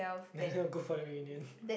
go for the reunion